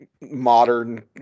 modern